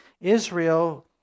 Israel